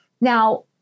Now